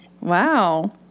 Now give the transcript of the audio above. Wow